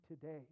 today